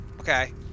Okay